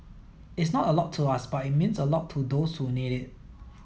it's not a lot to us but it means a lot to those who need it